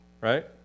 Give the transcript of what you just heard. Right